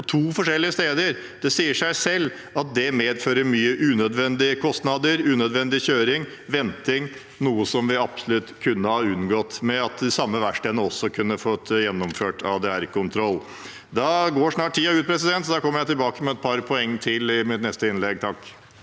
på to forskjellige steder. Det sier seg selv at det medfører store unødvendige kostnader, mye unødvendig kjøring og venting, noe vi absolutt kunne ha unngått ved at de samme verkstedene også kunne fått gjennomføre ADR-kontroll. Tiden er snart ute, så da kommer jeg tilbake med et par poeng til i mitt neste innlegg. Jeg